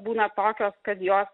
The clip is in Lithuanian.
būna tokios kad jos